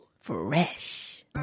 fresh